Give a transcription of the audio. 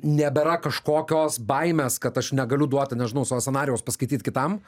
nebėra kažkokios baimės kad aš negaliu duoti nežinau savo scenarijaus paskaityt kitam